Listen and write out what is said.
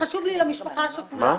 למשפחה השכולה,